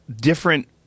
different